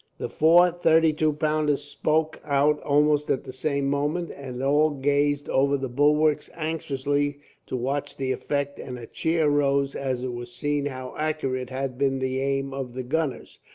the four thirty-two pounders spoke out almost at the same moment, and all gazed over the bulwarks anxiously to watch the effect, and a cheer arose as it was seen how accurate had been the aim of the gunners.